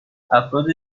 افراد